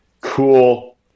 cool